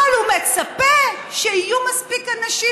אבל הוא מצפה שיהיו מספיק אנשים